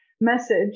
message